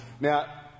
Now